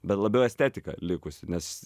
bet labiau estetika likusi nes